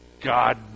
God